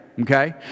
Okay